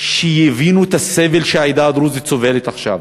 שיבינו את הסבל שהעדה הדרוזית סובלת עכשיו.